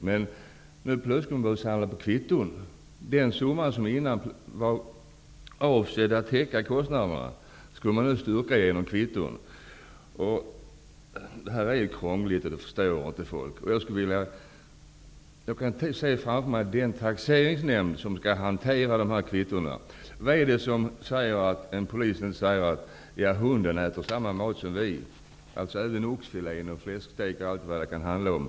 Men, nu plötsligt skulle man börja samla på kvitton. Den summa som tidigare var avsedd att täcka kostnaderna skulle man styrka genom kvitton. Detta är krångligt, och folk förstår det inte. Jag kan se framför mig den taxeringsnämnd som skall hantera dessa kvitton. Vad är det som säger att en polis inte påstår att hunden äter samma mat som vi, alltså även oxfilé och fläskstek och allt vad det kan handla om?